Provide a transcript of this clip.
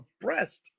breast